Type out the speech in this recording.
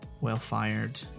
well-fired